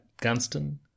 Gunston